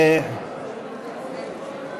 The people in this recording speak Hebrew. אף שהגענו למספר שיא של חברות כנסת היום